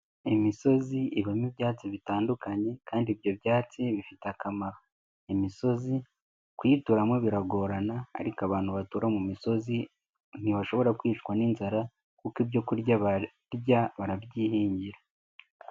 Imisozi ibamo ibyatsi bitandukanye kandi ibyo byatsi bifite akamaro. Imisozi kuyituramo biragorana ariko abantu batura mu misozi ntibashobora kwicwa n'inzara, kuko ibyokurya barya barabyihingira.